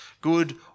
good